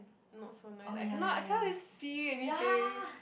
not so nice I cannot I cannot really see anything